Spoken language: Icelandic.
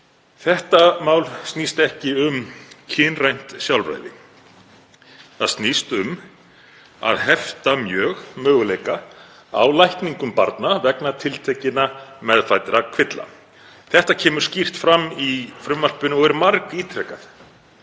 Þetta mál snýst ekki um kynrænt sjálfræði. Það snýst um að hefta mjög möguleika á lækningum barna vegna tiltekinna meðfæddra kvilla. Það kemur skýrt fram í frumvarpinu og er margítrekað.